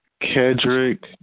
Kedrick